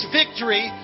victory